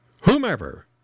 whomever